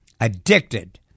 addicted